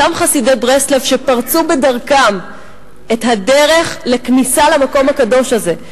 אותם חסידי ברסלב שפרצו בדרכם את הדרך לכניסה למקום הקדוש הזה,